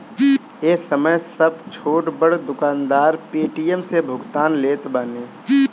ए समय सब छोट बड़ दुकानदार पेटीएम से भुगतान लेत बाने